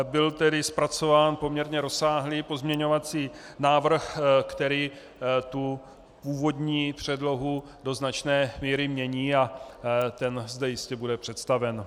Byl tedy zpracován poměrně rozsáhlý pozměňovací návrh, který tu původní předlohu do značné míry mění, a ten zde jistě bude představen.